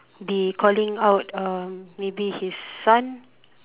be calling out um maybe his son